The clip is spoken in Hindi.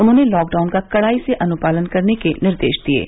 उन्होंने लॉकडाउन का कड़ाई से अनुपालन कराने के निर्देश दिए हैं